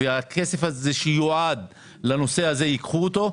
והכסף הזה שיועד לנושא הזה, ייקחו אותו?